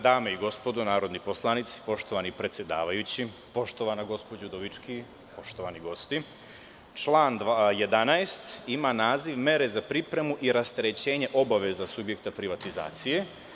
Dame i gospodo narodni poslanici, poštovani predsedavajući, poštovana gospođo Udovički, poštovani gosti, član 11. ima naziv – mere za pripremu i rasterećenje obaveza subjekta privatizacije.